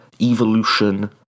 evolution